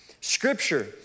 Scripture